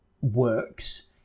works